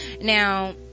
Now